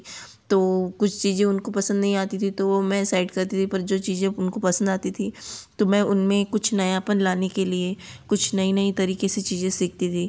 तो कुछ चीज़ें उनको पसंद नहीं आती थी तो मैं साइड कर देती थी पर जो चीज़ें उनको पसंद आती थी तो मैं उनमें कुछ नयापन लाने के लिए कुछ नई नई तरीके से चीज़ें सीखती थी